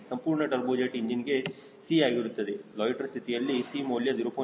ಸಂಪೂರ್ಣ turbojet engine ಗೆ C ಆಗಿರುತ್ತದೆ ಲೊಯ್ಟ್ಟೆರ್ ಸ್ಥಿತಿಯಲ್ಲಿ C ಮೌಲ್ಯ 0